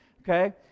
okay